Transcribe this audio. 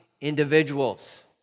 individuals